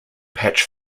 patch